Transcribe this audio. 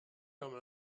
comme